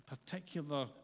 particular